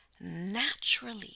naturally